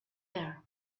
air